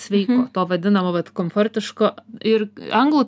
sveiko to vadinamo bet komfortiško ir anglų